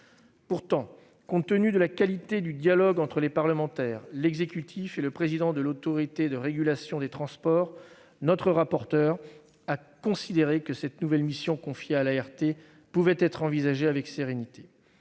Cependant, compte tenu de la qualité du dialogue entre les parlementaires, l'exécutif et le président de l'Autorité de régulation des transports, notre rapporteur a considéré que cette nouvelle mission confiée à l'ART pouvait être envisagée avec sérénité.